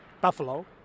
Buffalo